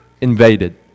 invaded